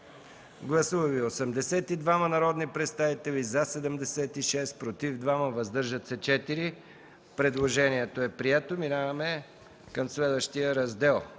Гласували 82 народни представители: за 76, против 2, въздържали се 4. Предложението е прието. Преминаваме към следващия раздел.